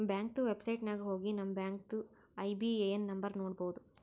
ಬ್ಯಾಂಕ್ದು ವೆಬ್ಸೈಟ್ ನಾಗ್ ಹೋಗಿ ನಮ್ ಬ್ಯಾಂಕ್ದು ಐ.ಬಿ.ಎ.ಎನ್ ನಂಬರ್ ನೋಡ್ಬೋದ್